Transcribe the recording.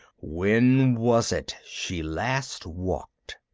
when was it she last walked?